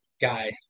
guy